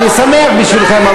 אני שמח בשבילכם.